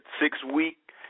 six-week